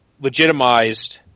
legitimized